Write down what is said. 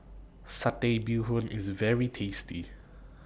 Satay Bee Hoon IS very tasty